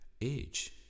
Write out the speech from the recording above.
age